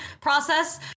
process